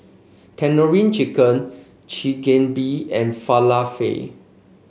Tandoori Chicken Chigenabe and Falafel